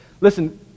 Listen